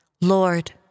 Lord